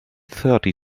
thirty